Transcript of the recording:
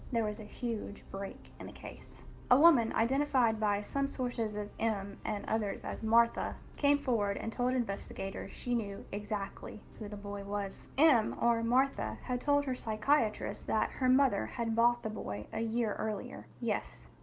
there was a huge break in the case a woman, identified by some sources as m and others as martha, came forward and told investigators she knew exactly who the boy was. m or martha had told her psychiatrist her mother had bought the boy a year earlier. yes,